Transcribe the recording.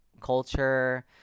culture